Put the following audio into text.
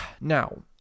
Now